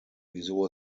wieso